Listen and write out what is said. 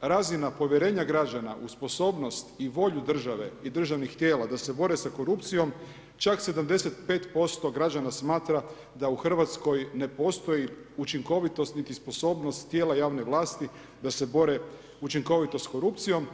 razina povjerenja građana u sposobnost i volju države i državnih tijela da se bore sa korupcijom, čak 75% građana smatra da u Hrvatskoj ne postoji učinkovitost niti sposobnost tijela javne vlasti da se bore učinkovito s korupcijom.